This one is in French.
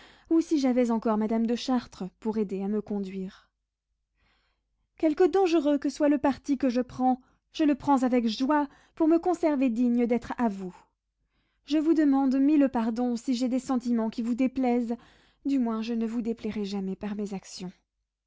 ou si j'avais encore madame de chartres pour aider à me conduire quelque dangereux que soit le parti que je prends je le prends avec joie pour me conserver digne d'être à vous je vous demande mille pardons si j'ai des sentiments qui vous déplaisent du moins je ne vous déplairai jamais par mes actions